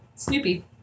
Snoopy